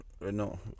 no